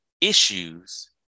issues